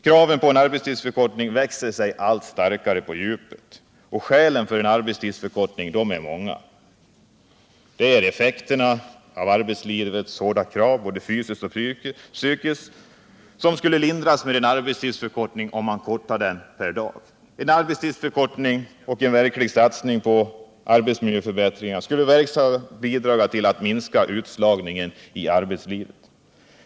Kraven på en arbetstidsförkortning växer sig allt starkare. Skälen för en 33 arbetstidsförkortning är många: Effekterna av arbetslivets hårda krav både fysiskt och psykiskt lindras med en förkortning av arbetsdagen. En arbetstidsförkortning och en verklig satsning på arbetsmiljöförbättringar skulle verksamt bidra till att minska utslagningen ur arbetslivet.